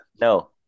No